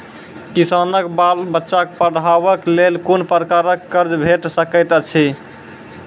किसानक बाल बच्चाक पढ़वाक लेल कून प्रकारक कर्ज भेट सकैत अछि?